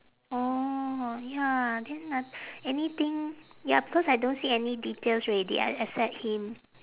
orh ya then no~ anything ya because I don't see any details already e~ except him